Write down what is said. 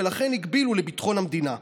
ולכן הגבילו לביטחון המדינה.